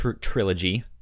trilogy